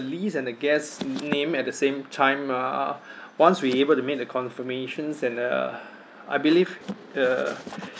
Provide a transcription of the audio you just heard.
list and the guests name at the same time uh once we able to make the confirmations and uh I believe uh